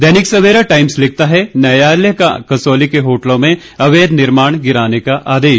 दैनिक Savera Times लिखता है न्यायालय का कसौली के होटलों में अवैध निर्माण गिराने का आदेश